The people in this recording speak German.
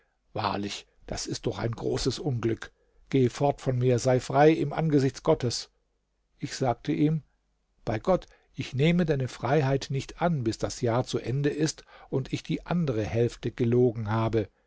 wahrlich das ist doch ein großes unglück geh fort von mir sei frei im angesicht gottes ich sagte ihm bei gott ich nehme deine freiheit nicht an bis das jahr zu ende ist und ich die andere hälfte gelogen habe